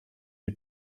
die